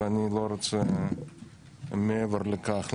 ואני לא רוצה מעבר לכך.